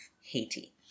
Haiti